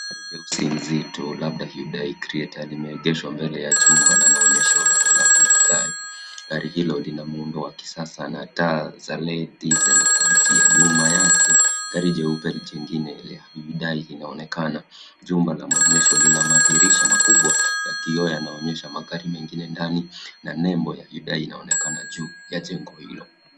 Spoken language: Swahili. Gari jeusi nzito labda Hyundai creta, limeegeshwa mbele ya chumba la maonyesho la Hyundai. Gari hilo lina muundo wa kisasa, na taa za ledi zenye kuvutia. Nyuma yake gari jeupe jingine la Hyundai linaonekana. Jumba la maonyesho lina madirisha makubwa ya kioo, yanaonyesha magari mengine ndani na nembo ya Hyundai inaonekana juu ya jengo hilo.